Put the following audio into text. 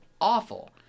awful